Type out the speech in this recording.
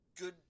good